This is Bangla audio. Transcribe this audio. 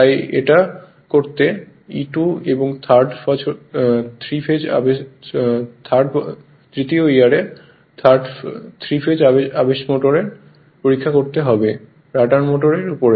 এই এটা করতে টাইম পড়ুন 2130 E2 এর 3rd বছরে 3 ফেজ আবেশ মোটর পরীক্ষা করতে হবে রটার মোটর এর উপর